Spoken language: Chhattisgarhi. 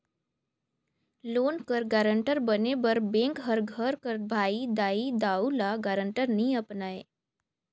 लोन कर गारंटर बने बर बेंक हर घर कर भाई, दाई, दाऊ, ल गारंटर नी अपनाए